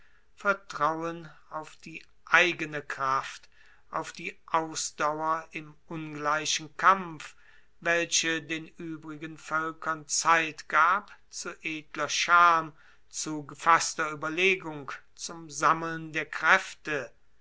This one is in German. vertrauen auf die eigene kraft auf die ausdauer im ungleichen kampf welche den uebrigen voelkern zeit gab zu edler scham zu gefasster ueberlegung zum sammeln der kraefte